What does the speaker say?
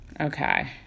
Okay